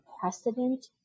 precedent